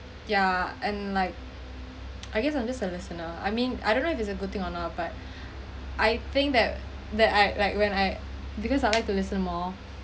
ya and like I guess I'm just a listener I mean I don't know if it's a good thing or not but I think that that I like when I because I like to listen more